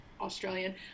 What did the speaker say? Australian